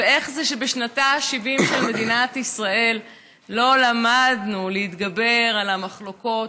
ואיך זה שבשנתה ה-70 של מדינת ישראל לא למדנו להתגבר על המחלוקות